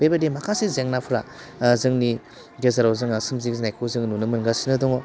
बेबायदि माखासे जेंनाफ्रा जोंनि गेजेराव जोंहा सोमजिबोनायखौ जों नुनो मोनगासिनो दङ